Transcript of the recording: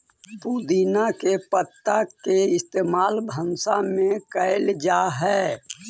पुदीना के पत्ता के इस्तेमाल भंसा में कएल जा हई